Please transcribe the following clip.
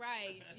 Right